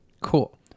Cool